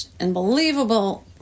unbelievable